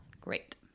great